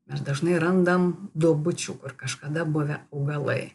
mes dažnai randam duobučių kur kažkada buvę augalai